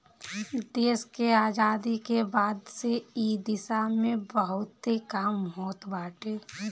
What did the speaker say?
देस के आजादी के बाद से इ दिशा में बहुते काम होत बाटे